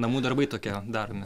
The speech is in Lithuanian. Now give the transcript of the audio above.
namų darbai tokie daromi